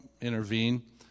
intervene